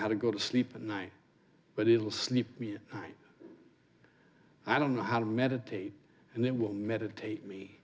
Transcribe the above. how to go to sleep at night but it'll sleep when i i don't know how to meditate and then will meditate me